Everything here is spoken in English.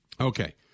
Okay